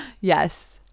Yes